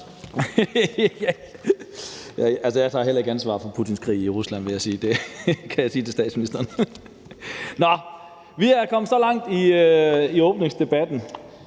jeg tager heller ikke ansvar for Putins krig i Rusland, vil jeg sige. Det kan jeg sige til statsministeren. Det her er min første åbningsdebat,